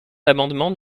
l’amendement